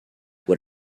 what